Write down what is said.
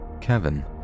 Kevin